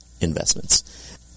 investments